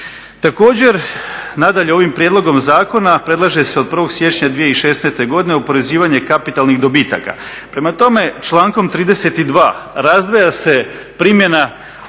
Također, nadalje ovim prijedlogom zakona predlaže se od 01. siječnja 2016. godine oporezivanje kapitalnih dobitaka. Prema tome, člankom 32. razdvaja se primjena